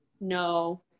No